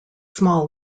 small